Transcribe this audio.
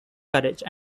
courage